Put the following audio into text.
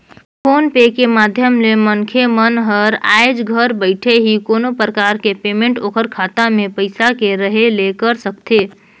phone पे के माधियम ले मनखे मन हर आयज घर बइठे ही कोनो परकार के पेमेंट ओखर खाता मे पइसा के रहें ले कर सकथे